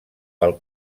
pel